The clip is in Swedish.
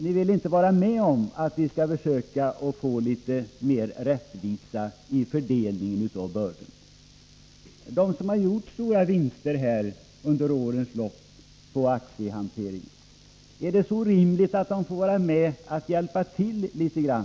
Ni vill inte vara med om att försöka få litet mer rättvisa i fördelningen av bördorna. Är det så orimligt att de som har gjort stora vinster under årens lopp på aktiehantering får vara med och hjälpa till litet grand?